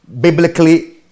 biblically